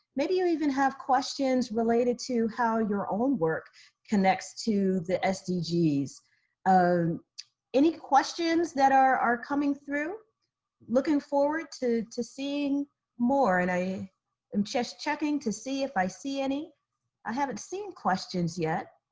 maybe you even have questions related to how your own work connects to the ah sdgs. um any questions that are are coming through looking forward to to seeing more and i am just checking to see if i see, any i haven't seen questions yet.